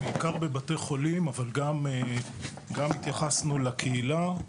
בעיקר בבתי חולים אבל גם התייחסו לקהילה.